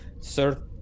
Sir